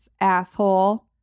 Asshole